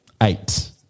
Eight